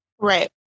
Right